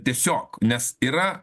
tiesiog nes yra